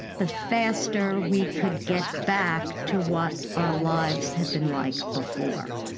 the faster we could get back to what our lives had been like before.